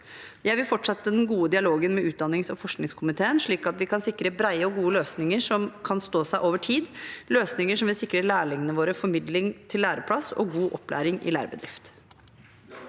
Jeg vil fortsette den gode dialogen med utdannings- og forskningskomiteen, slik at vi kan sikre brede og gode løsninger som kan stå seg over tid, løsninger som vil sikre lærlingene våre formidling til læreplass og god opplæring i lærebedrifter.